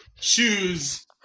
shoes